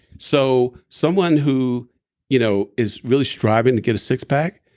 so someone who you know is really striving to get a six pack,